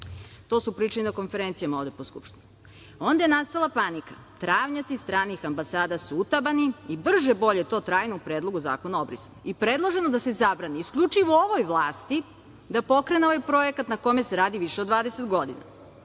to su pričali na konferencijama ovde po Skupštini. Onda je nastala panika, travnjaci stranih ambasada su utabani i brže-bolje to trajno u Predlogu zakona obrisali i predloženo da se zabrani isključivo ovoj vlasti da pokrene ovaj projekat na kome se radi više od 20 godina,